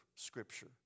Scripture